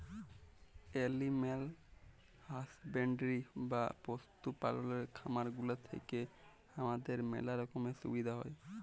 animal husbandry বা পশু পাললের খামার গুলা থেক্যে হামাদের ম্যালা রকমের সুবিধা হ্যয়